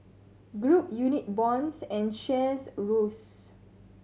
group unit bonds and shares rose